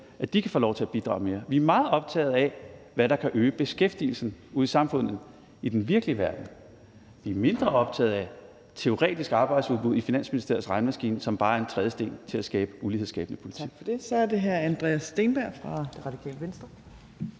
i dag, kan få lov til at bidrage mere. Vi er meget optaget af, hvad der kan øge beskæftigelsen ude i samfundet, i den virkelige verden. Vi er mindre optaget af et teoretisk arbejdsudbud i Finansministeriets regnemaskine, som bare er en trædesten til at føre ulighedsskabende politik.